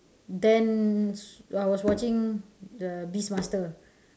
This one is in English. then I was watching the beast master